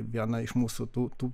viena iš mūsų tų tų